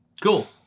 Cool